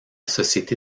société